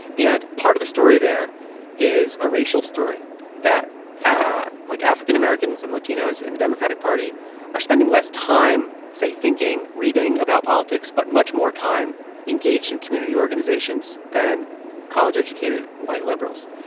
and part of the story there is a racial story that that ah like, african-americans and latinos in the democratic party are spending less time, say, thinking, reading about politics but much more time engaged in community organizations than college-educated white liberals.